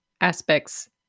aspects